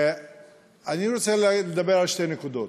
אני רוצה לדבר על שתי נקודות.